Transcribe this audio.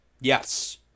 Yes